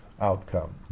outcome